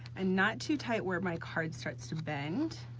and not too tight where my card starts to bend,